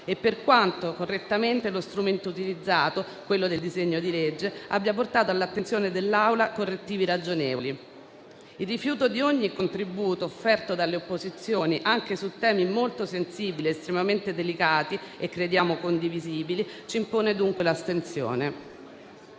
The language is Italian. e per quanto correttamente lo strumento utilizzato, quello del disegno di legge, abbia portato all'attenzione dell'Aula correttivi ragionevoli. Il rifiuto di ogni contributo offerto dalle opposizioni, anche su temi molto sensibili, estremamente delicati e crediamo condivisibili, ci impone dunque l'astensione.